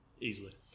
easily